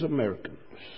Americans